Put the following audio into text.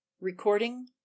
Recording